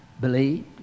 believe